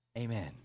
Amen